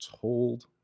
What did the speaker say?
told